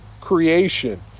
creation